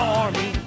army